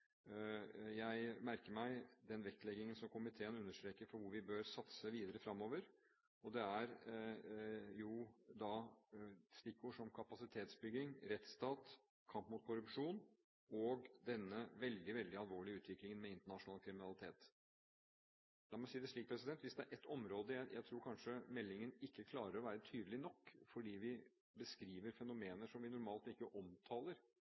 Jeg merker meg den vektleggingen som komiteen understreker for hvor vi bør satse videre fremover, og det er da stikkord som kapasitetsbygging, rettsstat, kamp mot korrupsjon og denne veldig, veldig alvorlige utviklingen med internasjonal kriminalitet. La meg si det slik at hvis det er ett område hvor meldingen ikke klarer å være tydelig nok, fordi vi beskriver fenomener som vi normalt ikke omtaler